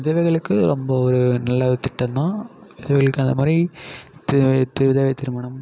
விதவைகளுக்கு ரொம்ப ஒரு நல்ல ஒரு திட்டந்தான் விதவைகளுக்கு அந்தமாதிரி தி விதவைத் திருமணம்